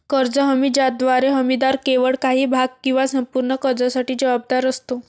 कर्ज हमी ज्याद्वारे हमीदार केवळ काही भाग किंवा संपूर्ण कर्जासाठी जबाबदार असतो